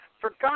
forgot